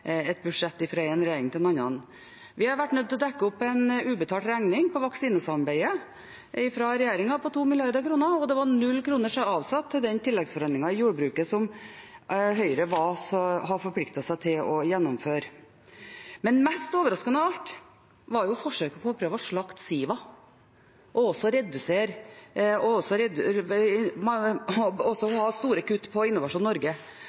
et budsjett fra en regjering til en annen. Vi har vært nødt til å dekke opp en ubetalt regning på vaksinesamarbeidet fra regjeringen på 2 mrd. kr, og det var 0 kr avsatt til den tilleggsforhandlingen i jordbruket som Høyre hadde forpliktet seg til å gjennomføre. Mest overraskende av alt var forsøket på å slakte Siva og også ha store kutt på Innovasjon Norge. Vi var nødt til å fylle opp 300 mill. kr for å fjerne de kuttene de gjorde på